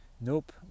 Nope